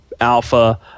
alpha